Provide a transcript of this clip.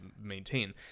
maintain